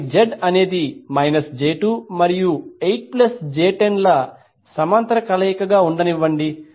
కాబట్టి Z అనేది j2 మరియు 8 j10 ల సమాంతర కలయికగా ఉండనివ్వండి